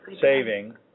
saving